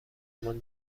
مان